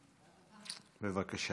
מס' 1911, 2167, 2187, 2222, 2243, 2244. בבקשה,